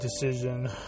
decision